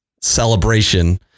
celebration